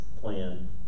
plan